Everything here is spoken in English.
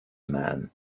man